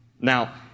Now